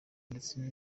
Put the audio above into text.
ndetse